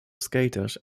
skaters